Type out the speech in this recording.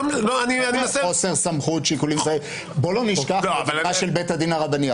אתה יכול חוסר סמכות בוא לא נשכח את הדוגמה של בית הדין הרבני.